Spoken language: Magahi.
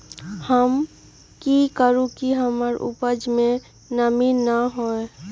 हम की करू की हमर उपज में नमी न होए?